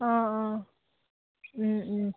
অঁ অঁ